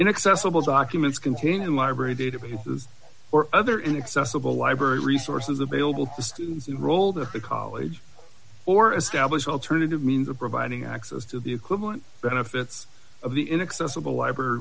inaccessible documents containing library databases or other inaccessible library resources available to students enrolled at the college or established alternative means of providing access to the equivalent benefits of the inaccessible library